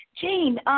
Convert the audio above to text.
Jane